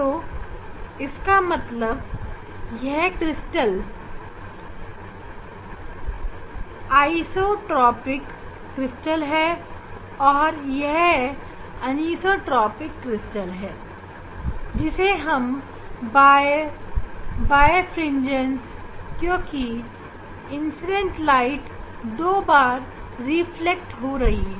तो इसका मतलब यह क्रिस्टल्स आइसोट्रॉपिक क्रिस्टल्स और यह अनीसोट्रॉपिक क्रिस्टल जिसे हमने बाइरैफ्रिन्जेंट भी कहते हैं क्योंकि इंसीडेंट प्रकाश 2 बार रिफ्रैक्ट होती है